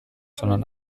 sondern